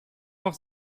auch